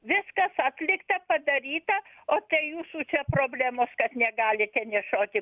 viskas atlikta padaryta o tai jūsų čia problemos kad negalite nešioti